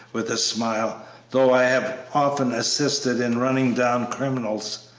with a smile though i have often assisted in running down criminals.